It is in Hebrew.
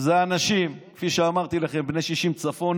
זה אנשים, שכפי שאמרתי לכם הם בני 60 וצפונה,